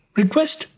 request